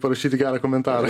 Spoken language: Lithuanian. parašyti gerą komentarą